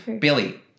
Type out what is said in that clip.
Billy